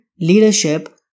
leadership